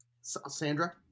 Sandra